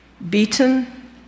Beaten